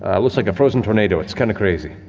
um looks like a frozen tornado, it's kind of crazy.